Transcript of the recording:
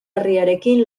herriarekin